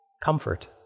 Comfort